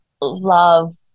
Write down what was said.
love